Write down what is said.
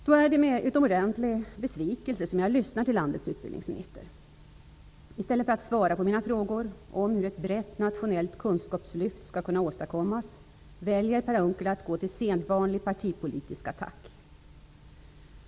Det är med utomordentlig besvikelse jag lyssnar till landets utbildningsminister. I stället för att svara på mina frågor om hur ett brett nationellt kunskapslyft skall kunna åstadkommas väljer Per Unckel att gå till sedvanlig partipolitisk attack.